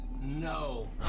No